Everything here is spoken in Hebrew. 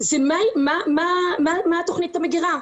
זה מה תכנית המגירה.